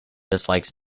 dislikes